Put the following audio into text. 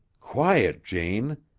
quiet, jane,